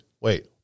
wait